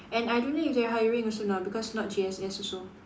and I don't think they are hiring also now because not G_S_S also